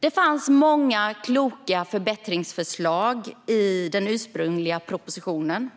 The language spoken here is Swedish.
Det fanns många kloka förbättringsförslag i den ursprungliga propositionen.